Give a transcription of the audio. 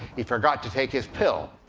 he forgot to take his pill.